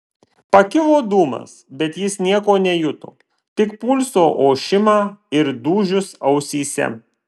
pakilo dūmas bet jis nieko nejuto tik pulso ošimą ir dūžius ausyse